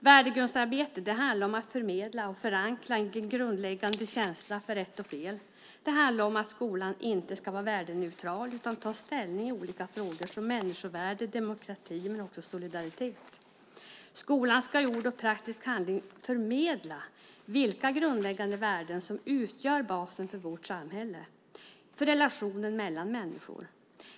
Värdegrundsarbete handlar om att förmedla och förankra en grundläggande känsla för rätt och fel. Det handlar om att skolan inte ska vara värdeneutral utan ta ställning i olika frågor, som människovärde, demokrati och solidaritet. Skolan ska i ord och praktisk handling förmedla vilka grundläggande värden som utgör basen för vårt samhälle, för relationen mellan människor.